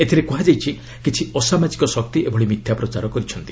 ଏଥିରେ କୁହାଯାଇଛି କିଛି ଅସାମାଜିକ ଶକ୍ତି ଏଭଳି ମିଥ୍ୟା ପ୍ରଚାର କରିଛନ୍ତି